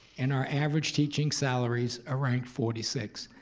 and our average teaching salaries are ranked forty sixth.